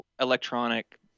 electronic